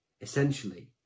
essentially